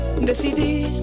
Decidí